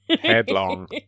Headlong